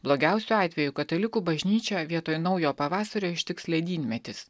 blogiausiu atveju katalikų bažnyčią vietoj naujo pavasario ištiks ledynmetis